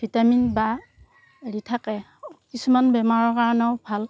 vitamin বা হেৰি থাকে কিছুমান বেমাৰৰ কাৰণেও ভাল